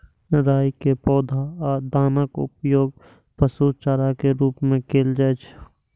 राइ के पौधा आ दानाक उपयोग पशु चारा के रूप मे कैल जाइ छै